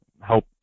help